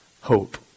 Hope